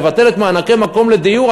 לבטל את מענקי המקום לדיור,